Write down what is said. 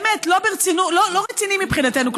באמת לא רציני מבחינתנו.